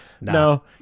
no